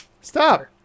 Stop